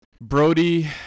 Brody